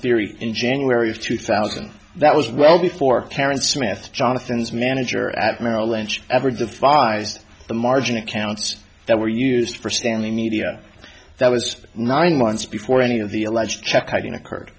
theory in january of two thousand that was well before karen smith jonathan's manager at merrill lynch ever devised the margin accounts that were used for stanley media that was nine months before any of the alleged check kiting occurred